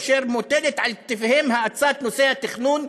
אשר מוטלת על כתפיהן האצת נושא התכנון,